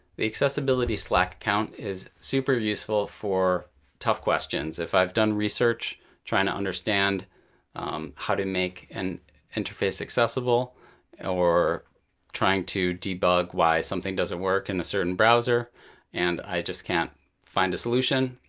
the accessibility slack account is super useful for tough questions. if i've done research trying to understand how to make an interface accessible or trying to debug why something doesn't work in a certain browser and i just can't find a solution,